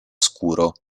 scuro